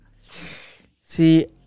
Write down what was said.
See